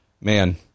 man